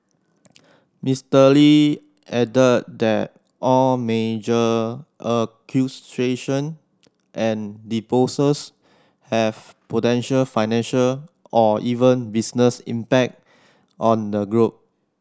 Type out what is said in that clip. Mister Lee added that all major acquisition and disposals have potential financial or even business impact on the group